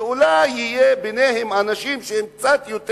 שאולי יהיו בהם אנשים שהם קצת יותר,